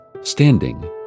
standing